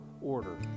order